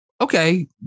Okay